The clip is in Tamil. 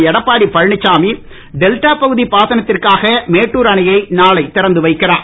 எடப்பாடி பழனிச்சாமி டெல்டாப் பகுதி பாசனத்திற்காக மேட்டூர் அணையை நாளை திறந்து வைக்கிறார்